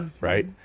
right